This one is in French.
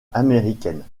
américaine